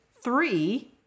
Three